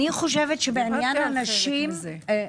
דיברתי על חלק מזה.